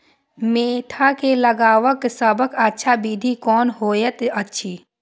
Mentha के लगवाक सबसँ अच्छा विधि कोन होयत अछि?